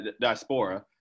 diaspora